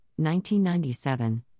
1997